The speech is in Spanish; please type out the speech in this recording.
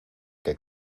que